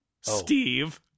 Steve